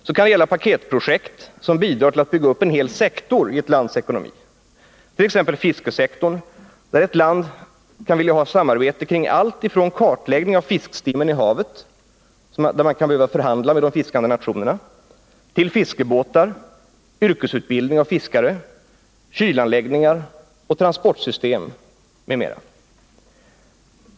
Det kan gälla paketprojekt som bidrar till att bygga upp en hel sektor i ett lands ekonomi, t.ex. fiskesektorn, där ett land kan vilja ha samarbete kring allt från kartläggning av fiskstimmen i havet — då kan man behöva förhandla med de fiskande nationerna — till fiskebåtar, yrkesutbildning av fiskare, kylanläggningar och transportsystem m.m.